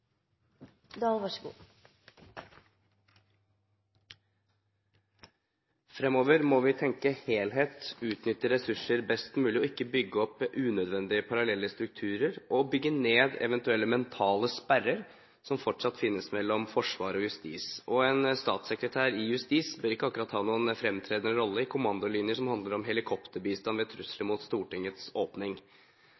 Fremover må vi tenke helhet, utnytte ressurser best mulig og ikke bygge opp unødvendige parallelle strukturer og bygge ned eventuelle mentale sperrer som fortsatt finnes mellom forsvar og justis. En statssekretær i justis bør ikke akkurat ha noen fremtredende rolle i kommandolinjer som handler om helikopterbistand ved trusler